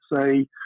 say